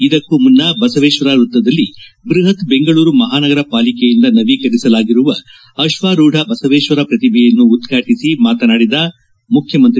ಇದಕ್ಕೂ ಮುನ್ನ ಬಸವೇಶ್ವರ ವೃತ್ತದಲ್ಲಿ ಬೃಹತ್ ಬೆಂಗಳೂರು ಮಹಾನಗರ ಪಾಲಿಕೆಯಿಂದ ನವೀಕರಿಸಲಾಗಿರುವ ಅಶ್ವಾರೂಢ ಬಸವೇಶ್ವರ ಪ್ರತಿಮೆಯನ್ನು ಉದ್ಘಾಟಿಸಿ ಮಾತನಾಡಿದ ಮುಖ್ಯಮಂತ್ರಿ